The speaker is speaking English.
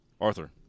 Arthur